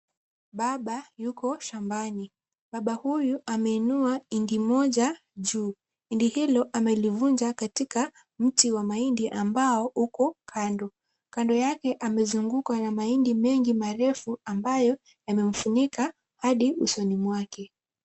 Baba yuko shambani. Baba huyu ameinua hindi moja juu. Hindi hilo amelivunja katika mti wa mahindi ambao uko kando. Kando yake amezungukwa na mahindi mengi marefu ambayo yamemfunika hadi usoni mwake.